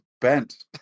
bent